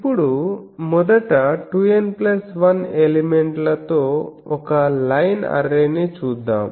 ఇప్పుడు మొదట 2N1 ఎలిమెంట్లతో ఒక లైన్ అర్రేని చూద్దాం